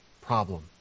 problem